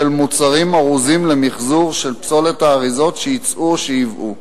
מוצרים ארוזים למיחזור של פסולת האריזות שייצאו או שייבאו,